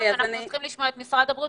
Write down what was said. אנחנו חייבים לשמוע את משרד הבריאות.